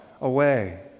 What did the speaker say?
away